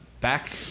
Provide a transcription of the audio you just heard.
back